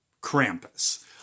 Krampus